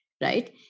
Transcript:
right